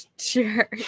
Sure